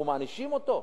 אנחנו מענישים אותו?